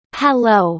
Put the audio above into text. hello